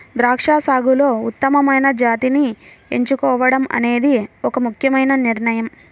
ద్రాక్ష సాగులో ఉత్తమమైన జాతిని ఎంచుకోవడం అనేది ఒక ముఖ్యమైన నిర్ణయం